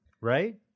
Right